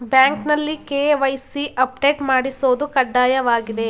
ಬ್ಯಾಂಕ್ನಲ್ಲಿ KYC update ಮಾಡಿಸೋದು ಕಡ್ಡಾಯವಾಗಿದೆ